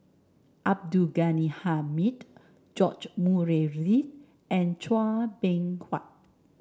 Abdul Ghani Hamid George Murray Reith and Chua Beng Huat